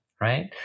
right